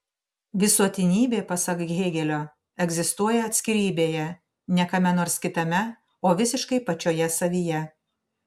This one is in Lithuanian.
visuotinybė pasak hėgelio egzistuoja atskirybėje ne kame nors kitame o visiškai pačioje savyje